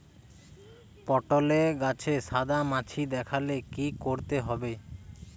পটলে গাছে সাদা মাছি দেখালে কি করতে হবে?